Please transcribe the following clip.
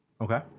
Okay